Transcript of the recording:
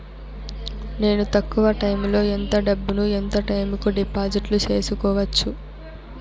నేను తక్కువ టైములో ఎంత డబ్బును ఎంత టైము కు డిపాజిట్లు సేసుకోవచ్చు?